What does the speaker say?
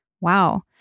wow